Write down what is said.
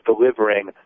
delivering